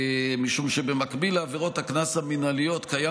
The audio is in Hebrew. משום שבמקביל לעבירות הקנס המינהליות קיים